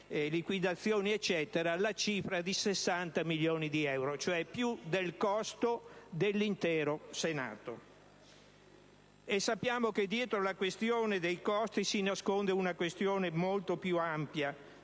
liquidazioni e altro, la cifra di 60 milioni di euro, cioè più del costo dell'intero Senato. Sappiamo che dietro la questione dei costi si nasconde una questione molto più ampia: